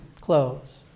clothes